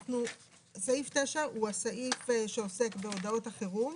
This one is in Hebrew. סעיף 9 הוא הסעיף שעוסק בהודעות החירום,